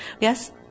Yes